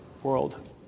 world